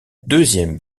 deuxième